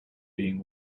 being